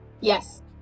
Yes